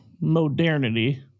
modernity